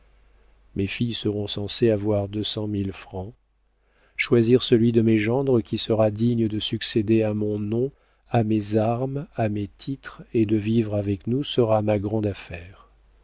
mes filles seront censées avoir deux cent mille francs choisir celui de mes gendres qui sera digne de succéder à mon nom à mes armes à mes titres et de vivre avec nous sera ma grande affaire